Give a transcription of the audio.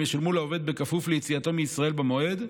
הם ישולמו לעובד בכפוף ליציאתו מישראל במועד,